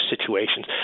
situations